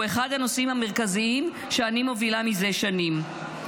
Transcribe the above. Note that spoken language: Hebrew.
הוא אחד הנושאים המרכזיים שאני מובילה מזה שנים.